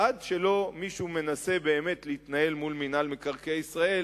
עד שמישהו מנסה באמת להתנהל מול מינהל מקרקעי ישראל